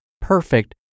perfect